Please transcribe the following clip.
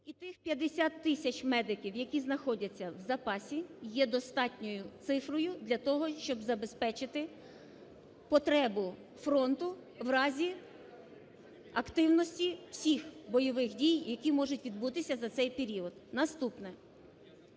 І тих 50 тисяч медиків, які знаходяться в запасі, є достатньою цифровою для того, щоб забезпечити потребу фронту в разі активності всіх бойових дій, які можуть відбутись за цей період. Наступне.